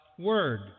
Word